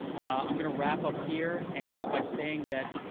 i'm going to wrap up here, and just by saying that,